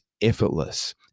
effortless